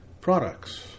products